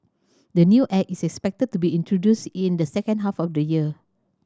the new Act is expected to be introduced in the second half of the year